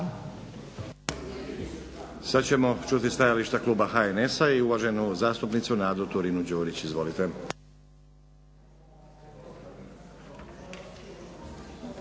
Sada ćemo čuti stajalište kluba HNS-a i uvaženu zastupnicu Nadu Turinu Đurić. Izvolite.